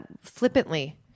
flippantly